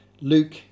Luke